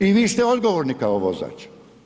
I vi ste odgovorni kao vozač.